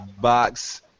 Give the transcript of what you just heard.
box